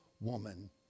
woman